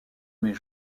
mes